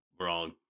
Wrong